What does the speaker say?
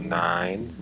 nine